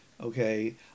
Okay